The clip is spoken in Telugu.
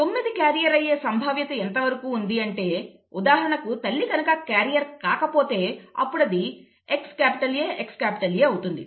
9 క్యారియర్ అయ్యే సంభావ్యత ఎంతవరకు ఉంది అంటే ఉదాహరణకు తల్లి కనుక క్యారియర్ కాకపోతే అప్పుడు అది XAXA అవుతుంది